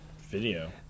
video